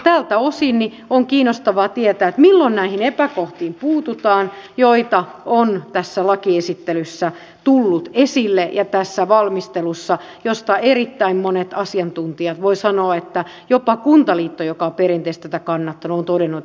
tältä osin on kiinnostavaa tietää milloin puututaan näihin epäkohtiin joita on tullut esille tässä lakiesittelyssä ja tässä valmistelussa josta erittäin monet asiantuntijat voi sanoa että jopa kuntaliitto joka on perinteisesti tätä kannattanut ovat todenneet että säästöä ei tule